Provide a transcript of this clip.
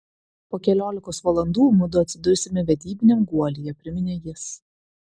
po keliolikos valandų mudu atsidursime vedybiniam guolyje priminė jis